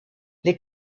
les